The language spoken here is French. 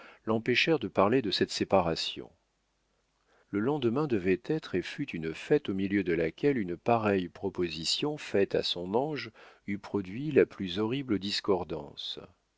l'empêchèrent de parler de cette séparation le lendemain devait être et fut une fête au milieu de laquelle une pareille proposition faite à son ange eût produit la plus horrible discordance